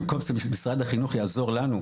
במקום שמשרד החינוך יעזור לנו,